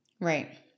Right